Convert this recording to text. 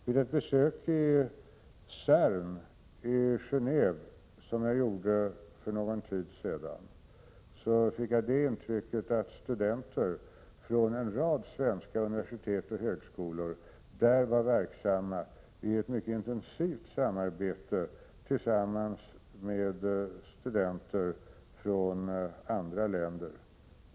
Vid ett besök som jag för en tid sedan gjorde vid CERN i Genéve fick jag intrycket att studenter från en rad svenska universitet och högskolor där var verksamma i ett mycket intensivt samarbete med studenter från andra länder.